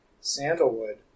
sandalwood